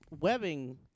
webbing